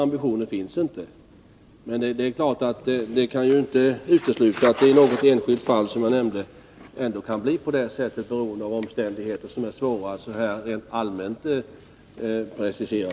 Men det kan naturligtvis inte uteslutas att det i något enskilt fall, som jag nämnde, blir på det sättet, beroende av omständigheter som är svåra att rent allmänt precisera.